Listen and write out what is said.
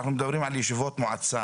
אנחנו מדברים על ישיבות מועצה.